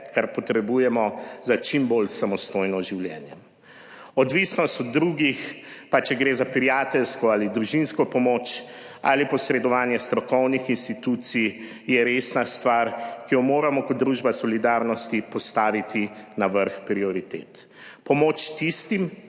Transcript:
kar potrebujemo za čim bolj samostojno življenje. Odvisnost od drugih, pa če gre za prijateljsko ali družinsko pomoč ali posredovanje strokovnih institucij, je resna stvar, ki jo moramo kot družba solidarnosti postaviti na vrh prioritet. Pomoč tistim,